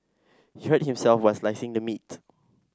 he hurt himself while slicing the meat